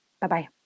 Bye-bye